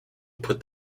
put